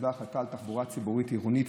שהתקבלה החלטה על תחבורה ציבורית עירונית